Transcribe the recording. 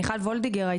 מיכל וולדיגר,